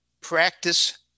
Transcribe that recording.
practice